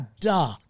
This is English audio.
duh